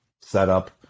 setup